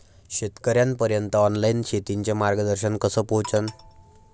शेतकर्याइपर्यंत ऑनलाईन शेतीचं मार्गदर्शन कस पोहोचन?